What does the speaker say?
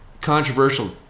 controversial